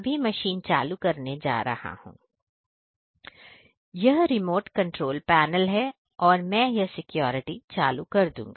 यह remote control panel है और मैं यह सिक्योरिटी चालू कर दूंगा